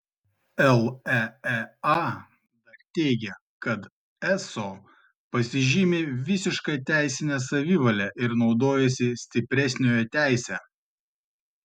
leea dar teigia kad eso pasižymi visiška teisine savivale ir naudojasi stipresniojo teise